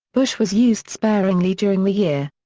bush was used sparingly during the year.